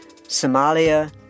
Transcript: Somalia